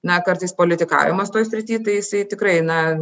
na kartais politikavimas toj srity tai jisai tikrai na